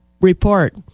report